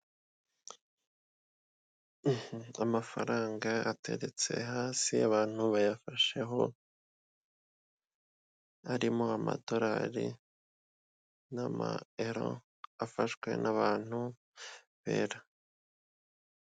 Amafaranga ateretse hasi abantu bayafasheho harimo amadolari n'ama ero afashwe n'abantu bera.